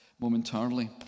momentarily